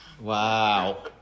Wow